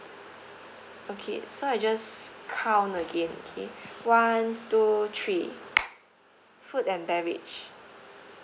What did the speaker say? okay so I just count again okay one two three food and beverage